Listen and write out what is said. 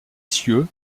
cieux